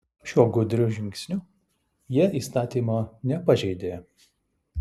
šiuo gudriu žingsniu jie įstatymo nepažeidė